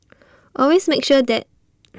always make sure their